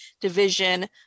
division